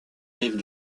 rives